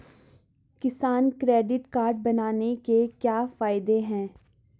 किसान credit card बनाने के क्या क्या फायदे हैं?